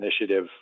initiative